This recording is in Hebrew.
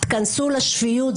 תיכנסו לשפיות,